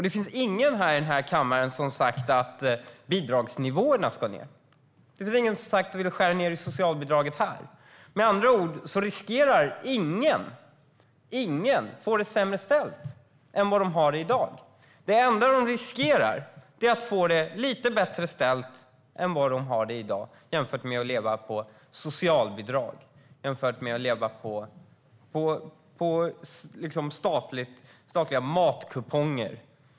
Det finns ingen i den här kammaren som har sagt att bidragsnivåerna ska ned. Det är inga som har sagt att de vill skära ned på socialbidragen. Med andra ord riskerar inga att få det sämre ställt än de har det i dag. Det enda de riskerar är att få det lite bättre ställt än de har det i dag - jämfört med att leva på socialbidrag, jämfört med att så att säga leva på statliga matkuponger.